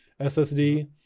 SSD